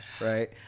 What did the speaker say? Right